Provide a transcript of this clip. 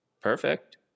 Perfect